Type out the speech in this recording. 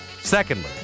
secondly